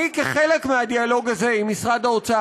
כחלק מהדיאלוג הזה עם משרד האוצר,